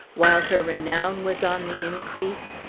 while her renown was on the increase,